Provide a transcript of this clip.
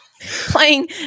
playing